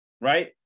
right